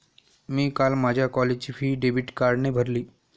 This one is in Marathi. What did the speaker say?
मी काल माझ्या कॉलेजची फी डेबिट कार्डने भरली